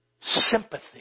Sympathy